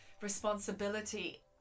responsibility